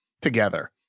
together